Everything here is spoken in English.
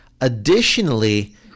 additionally